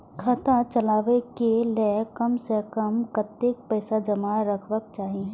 खाता चलावै कै लैल कम से कम कतेक पैसा जमा रखवा चाहि